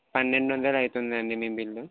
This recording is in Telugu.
పన్నెండు వందలు అయితుంది అండి మీ బిల్లు